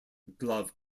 glove